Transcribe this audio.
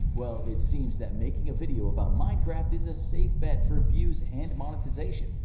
well, it seems that making a video about minecraft is a safe bet for views and monetization.